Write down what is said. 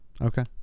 Okay